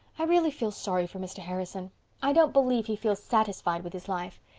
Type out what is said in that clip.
i really feel sorry for mr. harrison i don't believe he feels satisfied with his life.